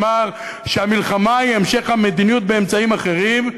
שאמר שהמלחמה היא המשך המדיניות באמצעים אחרים,